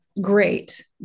Great